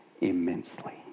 immensely